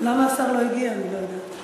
למה השר לא הגיע, אני לא יודעת.